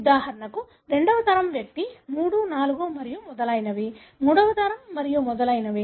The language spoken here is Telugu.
ఉదాహరణకు రెండవ తరం వ్యక్తి 3 4 మరియు మొదలైనవి మూడవ తరం మరియు మొదలైనవి